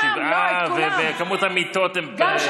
הם שבעה, ומספר המיטות, וזה בסדר.